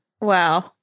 Wow